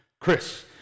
Chris